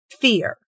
fear